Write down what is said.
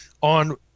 on